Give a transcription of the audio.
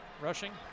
rushing